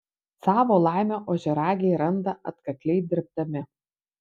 savo laimę ožiaragiai randa atkakliai dirbdami